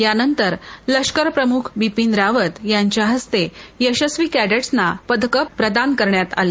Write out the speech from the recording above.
या नंतर लष्करप्रमुख बिपिन रावत यांच्या हस्ते यशस्वी कॅडेटसना पदक प्रदान करण्यात आली